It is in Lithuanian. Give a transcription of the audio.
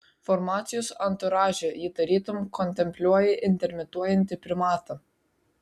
formacijos anturaže ji tarytum kontempliuoja intermituojantį primatą